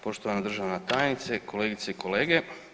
Poštovana državna tajnice, kolegice i kolege.